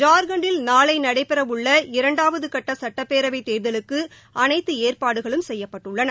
ஜார்க்கண்ட்டில் நாளை நடைபெறவுள்ள இரண்டாவது கட்ட சட்டப்பேரவைத் தேர்தலுக்கு அனைத்து ஏற்பாடுகளும் செய்யப்பட்டுள்ளன